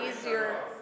easier